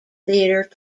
theater